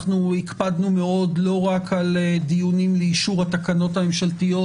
הקפדנו מאוד לא רק על דיונים לאישור התקנות הממשלתיות